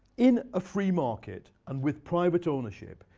in a free market and with private ownership,